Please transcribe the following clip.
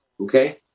okay